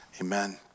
Amen